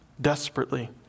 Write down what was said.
desperately